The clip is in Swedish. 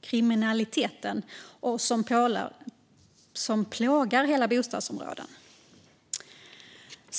kriminalitet som plågar hela bostadsområden.